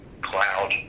cloud